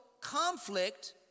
conflict